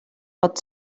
pot